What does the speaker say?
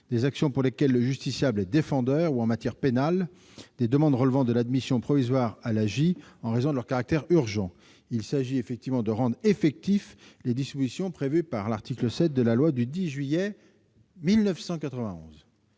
des actions pour lesquelles le justiciable est défendeur ou, en matière pénale, des demandes relevant de l'admission provisoire à l'aide juridictionnelle en raison de leur caractère urgent. Il s'agit de rendre effectives les dispositions prévues à l'article 7 de la loi du 10 juillet 1991